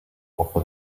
offer